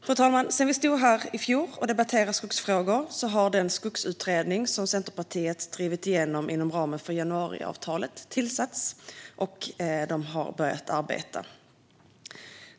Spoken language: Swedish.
Fru talman! Sedan vi stod här i fjol och debatterade skogsfrågor har den skogsutredning som Centerpartiet drivit igenom inom ramen för januariavtalet tillsatts och börjat arbeta.